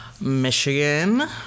Michigan